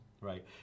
Right